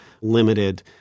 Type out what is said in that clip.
limited